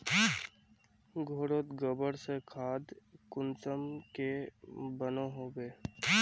घोरोत गबर से खाद कुंसम के बनो होबे?